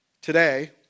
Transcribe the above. today